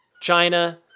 China